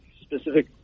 specific